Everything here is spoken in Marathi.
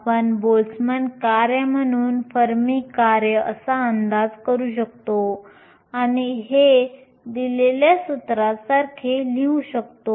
आपण बोल्टझमँन कार्य म्हणून फर्मी कार्य असा अंदाज करू शकतो आणि हे exp⁡kT असे लिहू शकतो